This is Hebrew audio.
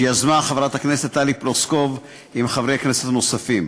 שיזמה חברת הכנסת טלי פלוסקוב עם חברי כנסת נוספים.